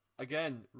Again